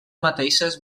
mateixes